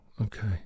Okay